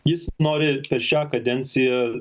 jis nori per šią kadenciją